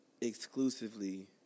exclusively